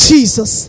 Jesus